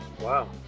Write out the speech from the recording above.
Wow